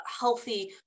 healthy